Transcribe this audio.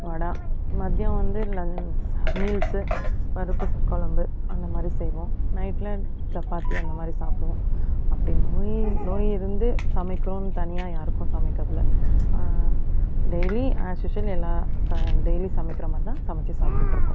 வடை மதியம் வந்து lunch meals பருப்பு கொழம்பு அந்த மாதிரி செய்வோம் நைட்ல சப்பாத்தி அந்தமாதிரி சாப்பிடுவோம் அப்படி நோய் நோய் இருந்து சமைக்கணும்னு தனியாக யாருக்கும் சமைக்கறதில்லை டெய்லி ஆஸ்யூஷ்வல் எல்லா டெய்லி சமைக்கிறமாதிரி தான் சமைத்து சாப்பிட்டுட்ருக்கோம்